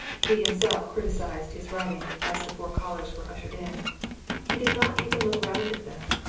he himself criticized his writing as the four callers were ushered in he did not even look round at them.